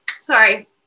Sorry